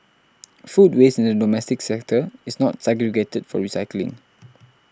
food waste in the domestic sector is not segregated for recycling